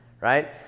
right